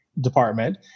department